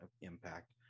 impact